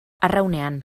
arraunean